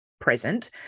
present